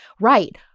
Right